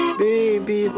baby